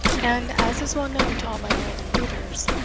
and as is well known to all my northern readers,